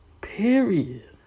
Period